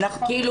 כאילו,